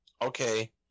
Okay